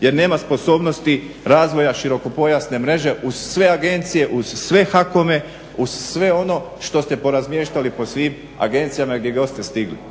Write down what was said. jer nema sposobnosti razvoja širokopojasne mreže uz sve agencije, uz sve HAK-ome, uz sve ono što ste porazmještali po svim agencijama i gdje god ste stigli.